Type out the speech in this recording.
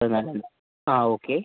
പതിനാലാം തീയതി ആ ഓക്കേ